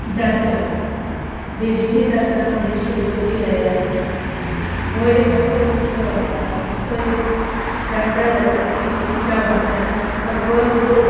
जात्रा देवीची जात्रा म्हणजे शिरगांवची लयराही हो एक असो उत्सव आसा अशी एक जात्रा जाता की ज्या वाठारांत सगळो लोक